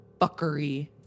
fuckery